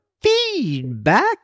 feedback